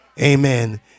amen